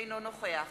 אינו נוכח